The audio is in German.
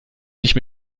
nicht